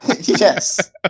Yes